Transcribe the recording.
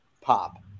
pop